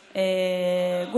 אדוני.